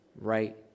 right